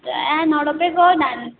आ नरोपेको हौ धान